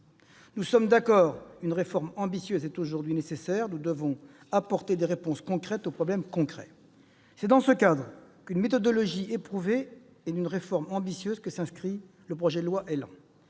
Nous sommes d'accord : une réforme ambitieuse est aujourd'hui nécessaire. Nous devons apporter des réponses concrètes à des problèmes concrets. C'est dans ce cadre, celui d'une méthodologie éprouvée et d'une réforme ambitieuse, que s'inscrit le projet de loi ÉLAN.